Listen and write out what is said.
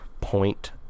point